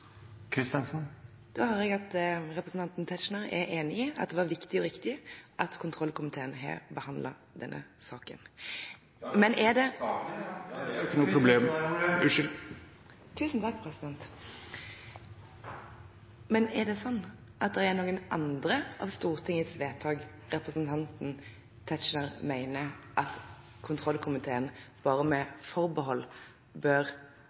Da hører jeg at representanten Tetzschner er enig i at det var viktig og riktig at kontrollkomiteen behandlet denne saken. Unnskyld – saken, ja; det er jo ikke noe problem. Christensen har ordet. Unnskyld. Tusen takk, president! Er det sånn at det er noen andre av Stortingets vedtak representanten Tetzschner mener at kontrollkomiteen bare med forbehold bør